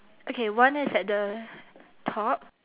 okay one is at the top